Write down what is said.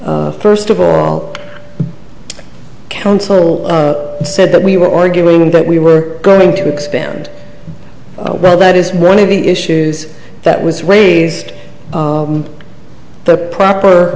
first of all counsel said that we were arguing that we were going to expand well that is one of the issues that was raised the proper